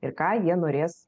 ir ką jie norės